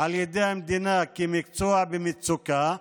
על ידי המדינה כמקצוע במצוקה,